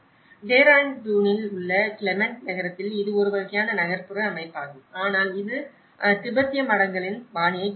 டெஹ்ராடூனில் உள்ள கிளெமென்ட் நகரத்தில் இது ஒரு வகையான நகர்ப்புற அமைப்பாகும் ஆனால் அது திபெத்திய மடங்களின் பாணியை கொண்டுள்ளது